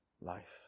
life